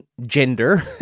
gender